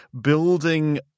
building